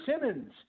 Simmons